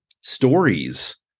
stories